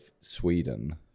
Sweden